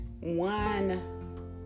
One